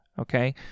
Okay